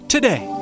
Today